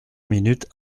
minutes